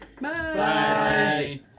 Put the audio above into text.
Bye